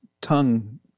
tongue